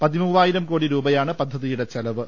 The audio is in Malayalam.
പതിമൂവ്വായിരം കോടി രൂപയാണ് പദ്ധതിയുടെ ചെലവ്